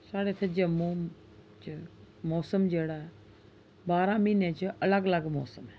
साढ़े इत्थै जम्मू च मौसम जेह्ड़ा ऐ बारां म्हीनें च अलग अलग मौसम ऐ